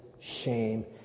shame